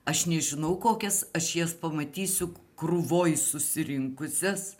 aš nežinau kokias aš jas pamatysiu krūvoj susirinkusias